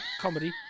Comedy